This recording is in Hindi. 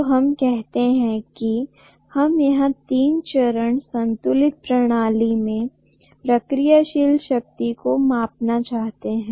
तो हम कहते हैं कि हम यहा तीन चरण संतुलित प्रणालीमें प्रतिक्रियाशील शक्ति को मापना चाहते हैं